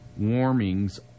warmings